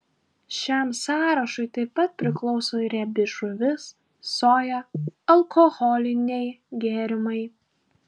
šiam sąrašui taip pat priklauso ir riebi žuvis soja alkoholiniai gėrimai